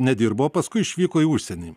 nedirbo o paskui išvyko į užsienį